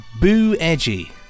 Boo-edgy